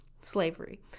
slavery